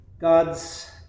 God's